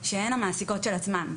שהן המעסיקות של עצמן.